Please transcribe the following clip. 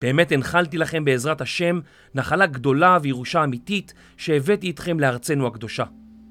באמת הנחלתי לכם בעזרת השם נחלה גדולה וירושה אמיתית שהבאתי אתכם לארצנו הקדושה